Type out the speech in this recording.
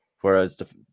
whereas